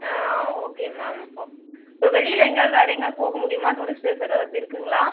ஆ okay ma'am ஒ இப்போ வெளியில எங்கேயாது வேறு எங்கேயாது போக முடியுமா டூரிஸ்ட் ப்ளேஸ் ஏதாவது அப்படி இருக்குதுங்களா